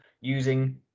using